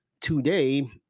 today